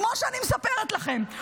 כמו שאני מספרת לכם,